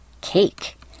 cake